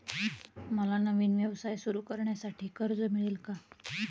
मला नवीन व्यवसाय सुरू करण्यासाठी कर्ज मिळेल का?